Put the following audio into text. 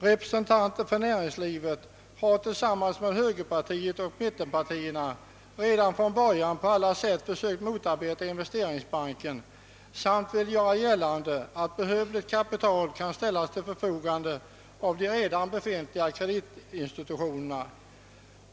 Representanter för näringslivet har tillsammans med högerpartiet och mittenpartierna redan från början på alla sätt försökt motarbeta investeringsbanken och velat göra gällande att behövligt kapital kan ställas till förfogande av de redan befintliga kreditinstitutionerna.